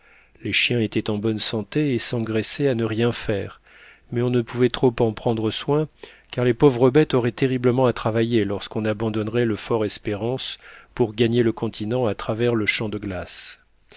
les chiens étaient en bonne santé et s'engraissaient à ne rien faire mais on ne pouvait trop en prendre soin car les pauvres bêtes auraient terriblement à travailler lorsqu'on abandonnerait le fort espérance pour gagner le continent à travers le champ de glace